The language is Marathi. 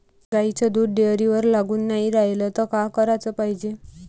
गाईचं दूध डेअरीवर लागून नाई रायलं त का कराच पायजे?